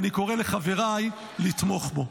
ואני קורא לחבריי לתמוך בו.